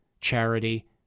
charity